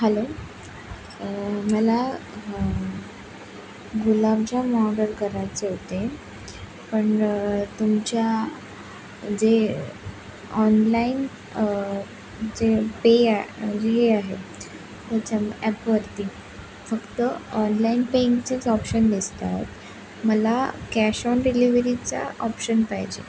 hello मला gulab jam order करायचे होते पण तुमच्या जे ऑनलाईन जे पे आहे म्हणजे हे आहे तुमच्या ॲपवरती फक्त ऑनलाइन पेइंगचेच ऑप्शन दिसत आहे मला कॅश ऑन डिलिवरीचा ऑप्शन पाहिजे